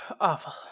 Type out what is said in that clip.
Awful